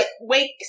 wake